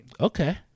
Okay